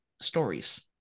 stories